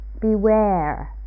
Beware